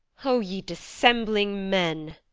o ye dissembling men!